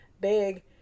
big